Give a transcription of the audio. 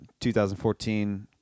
2014